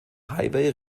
highway